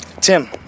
Tim